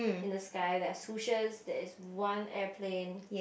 in the sky there are there is one airplane